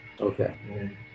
Okay